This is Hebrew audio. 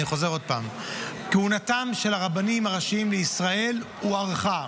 אני חוזר עוד פעם: כהונתם של הרבנים הראשיים של ישראל הוארכה.